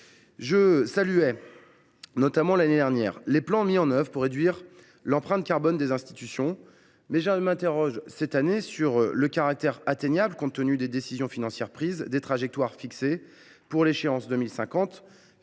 Je saluais l’année dernière les plans mis en œuvre pour réduire l’empreinte carbone des institutions, mais je m’interroge cette année sur leur soutenabilité, compte tenu des décisions financières prises et des trajectoires fixées pour l’échéance 2050